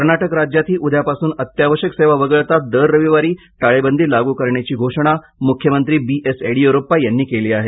कर्नाटक राज्यातही उद्यापासून अत्यावश्यक सेवा वगळता दर रविवारी टाळेबंदी लागू करण्याची घोषणा मुख्यमंत्री बी एस येडीयुरप्पा यांनी केली आहे